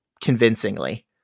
convincingly